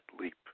leap